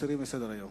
להסיר מסדר-היום.